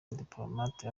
abadipolomate